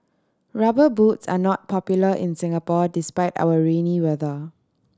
Rubber Boots are not popular in Singapore despite our rainy weather